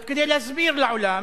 כדי להסביר לעולם